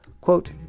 Quote